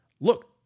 look